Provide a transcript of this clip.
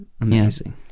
amazing